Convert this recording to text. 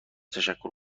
تشکر